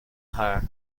her